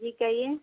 जी कहिए